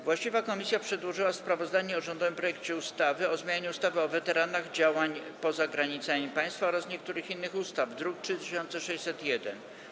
Właściwa komisja przedłożyła sprawozdanie o rządowym projekcie ustawy o zmianie ustawy o weteranach działań poza granicami państwa oraz niektórych innych ustaw, druk nr 3601.